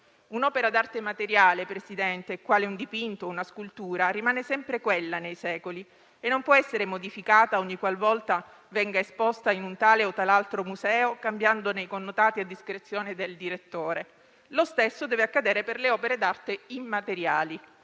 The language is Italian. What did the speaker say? Un'opera d'arte materiale, signora Presidente, quale un dipinto o una scultura, rimane sempre quella nei secoli e non può essere modificata ogni qualvolta venga esposta in un tale o talaltro museo, cambiandone i connotati a discrezione del direttore. Lo stesso deve accadere per le opere d'arte immateriali.